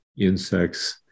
insects